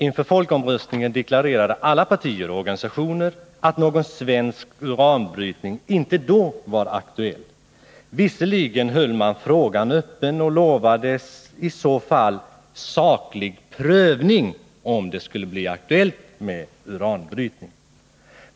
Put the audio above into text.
Inför folkomröstningen deklarerade alla partier och organisationer att någon svensk uranbrytning inte då var aktuell. Visserligen höll man frågan öppen, men man lovade att det skulle ske en saklig prövning, om det blev aktuellt med uranbrytning.